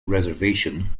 reservation